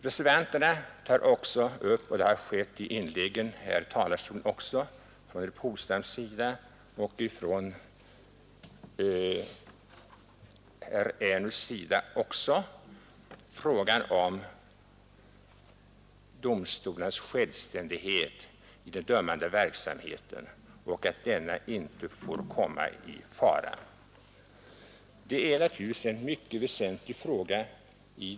Reservanterna säger vidare — herr Polstam och herr Ernulf har också pekat på det i sina inlägg härifrån talarstolen — att domstolarnas självständighet i den dömande verksamheten inte får komma i fara. Det är naturligtvis en mycket väsentlig fråga.